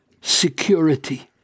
security